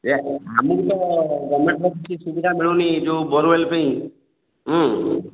ଯେ ଆମକୁ ତ ଗମେଣ୍ଟର୍ କିଛି ସୁବିଧା ମିଳୁନି ଯେଉଁ ବୋରୱେଲ୍ ପାଇଁ ହୁଁ